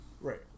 right